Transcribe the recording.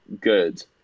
good